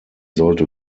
sollte